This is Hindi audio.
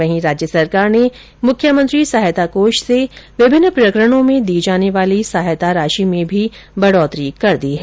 वहीं राज्य सरकार ने मुख्यमंत्री सहायता कोष से विभिन्न प्रकरणों में दी जाने वाली सहायता राशि में भी बढोतरी कर दी है